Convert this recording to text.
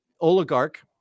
oligarch